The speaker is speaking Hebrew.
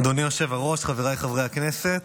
אדוני היושב-ראש, חבריי חברי הכנסת,